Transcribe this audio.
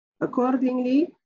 Accordingly